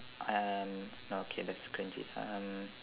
uh no okay that's cringy um